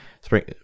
spring